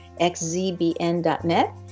XZBN.net